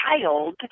child